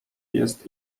jest